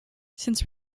since